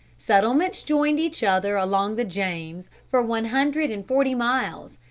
settlements joined each other along the james for one hundred and forty miles,